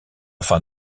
fin